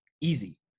easy